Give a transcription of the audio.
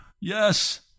Yes